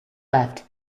left